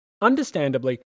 Understandably